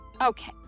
Okay